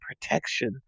protection